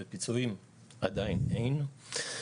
ופיצויים עדיין אין.